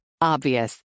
Obvious